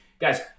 guys